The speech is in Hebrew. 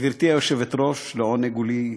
גברתי היושבת-ראש, לעונג הוא לי,